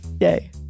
Yay